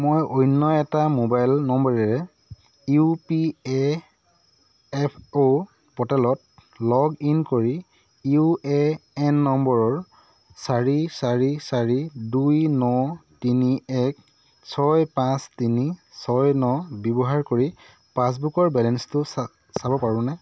মই অন্য এটা মোবাইল নম্বৰেৰে U P A F O প'ৰ্টেলত লগ ইন কৰি ইউ এ এন নম্বৰ চাৰি চাৰি চাৰি দুই ন তিনি এক ছয় পাঁচ তিনি ছয় ন ব্যৱহাৰ কৰি পাছবুকৰ বেলেঞ্চটো চাব পাৰোঁনে